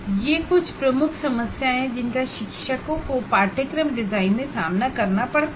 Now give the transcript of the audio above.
ये कुछ प्रमुख समस्याएं हैं जिनका शिक्षकों को कोर्स डिजाइन में सामना करना पड़ता है